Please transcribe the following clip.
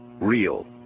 real